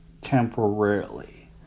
temporarily